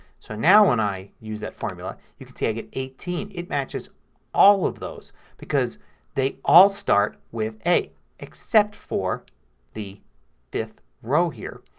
so now when i use the formula you can see i get eighteen. it matches all of those because they all start with a except for the fifth row here.